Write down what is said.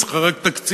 היא צריכה רק תקציב.